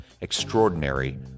Extraordinary